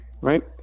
right